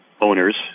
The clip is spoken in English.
owners